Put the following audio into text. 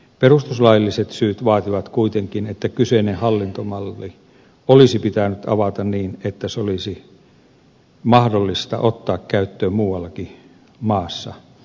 perustuslailliset syyt vaativat kuitenkin että kyseinen hallintomalli olisi pitänyt avata niin että se olisi mahdollista ottaa käyttöön muuallakin maassa